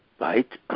right